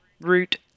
root